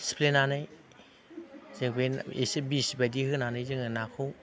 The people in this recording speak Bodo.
सिफ्लेनानै जों इसे बिसबायदि होनानै जोंङो नाखौ